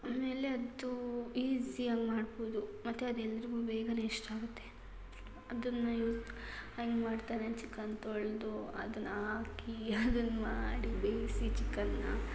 ಆಮೇಲೆ ಅದು ಈಸಿಯಾಗಿ ಮಾಡ್ಬೋದು ಮತ್ತು ಅದು ಎಲ್ರಿಗೂ ಬೇಗನೇ ಇಷ್ಟ ಆಗುತ್ತೆ ಅದನ್ನು ಯೂಸ್ ಹೆಂಗೆ ಮಾಡ್ತಾರೆ ಚಿಕನ್ ತೊಳೆದು ಅದನ್ನು ಹಾಕಿ ಅದನ್ನು ಮಾಡಿ ಬೇಯಿಸಿ ಚಿಕನನ್ನ